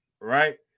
right